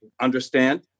understand